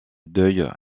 deuil